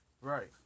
Right